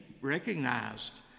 recognized